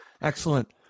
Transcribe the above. Excellent